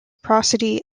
prosody